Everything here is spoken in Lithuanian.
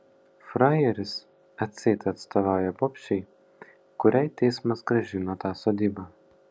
frajeris atseit atstovauja bobšei kuriai teismas grąžino tą sodybą